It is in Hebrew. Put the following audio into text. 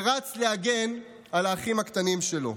ורץ להגן על האחים הקטנים שלו.